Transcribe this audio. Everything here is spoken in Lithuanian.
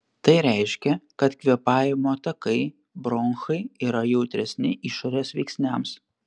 tai reiškia kad kvėpavimo takai bronchai yra jautresni išorės veiksniams